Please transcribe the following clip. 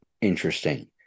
interesting